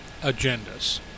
Agendas